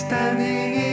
Standing